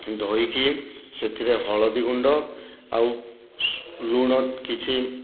ଧୋଇକି ସେଥିରେ ହଳଦିଗୁଣ୍ଡ ଆଉ ଲୁଣ କିଛି